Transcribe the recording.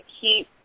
keep